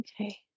Okay